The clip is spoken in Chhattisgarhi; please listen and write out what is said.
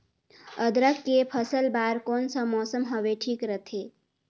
अदरक के फसल बार कोन सा मौसम हवे ठीक रथे?